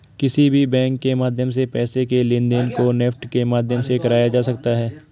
किसी भी बैंक के माध्यम से पैसे के लेनदेन को नेफ्ट के माध्यम से कराया जा सकता है